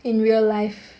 in real life